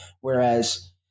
Whereas